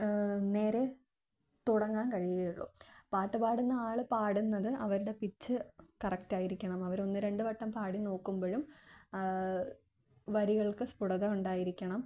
നേരെ തുടങ്ങാന് കഴിയുകയുള്ളൂ പാട്ട് പാടുന്ന ആള് പാടുന്നത് അവരുടെ പിച്ച് കറക്റ്റായിരിക്കണം അവര് ഒന്നുരണ്ടു വട്ടം പാടി നോക്കുമ്പോഴും വരികൾക്ക് സ്പുടത ഉണ്ടായിരിക്കണം